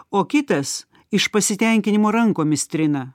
o kitas iš pasitenkinimo rankomis trina